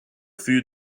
food